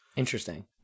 Interesting